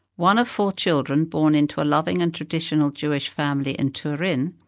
one of four children born into a loving and traditional jewish family in turin,